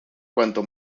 cuanto